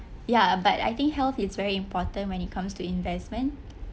ya but I think health is very important when it comes to investment